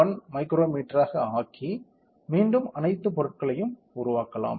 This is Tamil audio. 1 மைக்ரோமீட்டராக ஆக்கி மீண்டும் அனைத்து பொருட்களையும் உருவாக்கலாம்